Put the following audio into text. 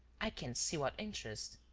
i can't see what interest.